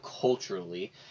Culturally